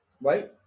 right